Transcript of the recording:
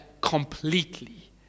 completely